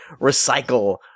recycle